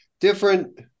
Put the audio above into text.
different